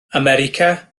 america